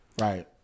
right